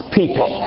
people